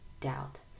doubt